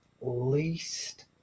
least